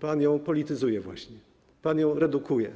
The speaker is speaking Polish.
pan ją polityzuje właśnie, pan ją redukuje.